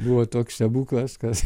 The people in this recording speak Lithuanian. buvo toks stebuklas kad